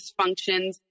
dysfunctions